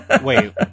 Wait